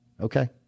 Okay